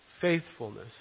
faithfulness